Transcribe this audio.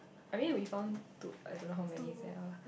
I mean we found two I don't know how many there are